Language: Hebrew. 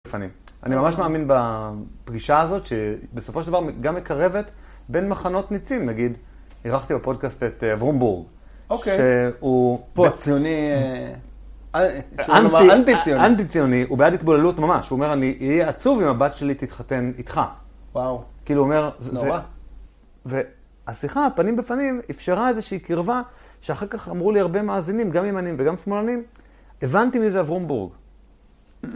אני ממש מאמין בפגישה הזאת, שבסופו של דבר גם מקרבת בין מחנות ניצים. נגיד, אירחתי בפודקאסט את אברום בורג, שהוא... פה ציוני... אנטי ציוני. הוא בעד התבוללות ממש. הוא אומר, אני אהיה עצוב אם הבת שלי תתחתן איתך. וואו. נורא. והשיחה, פנים בפנים, אפשרה איזושהי קרבה, שאחר כך אמרו לי הרבה מאזינים, גם ימנים וגם שמאלנים, הבנתי מי זה אברום בורג.